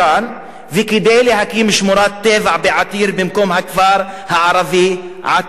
וכדי להקים שמורת טבע בעתיר במקום הכפר הערבי עתיר.